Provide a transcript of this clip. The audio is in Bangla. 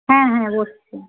হ্যাঁ হ্যাঁ বসছি